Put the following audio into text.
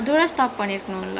I did not expect that